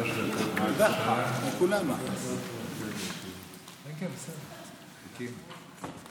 ההיכרות שלנו מחזירה אותי אחורה 35 שנים,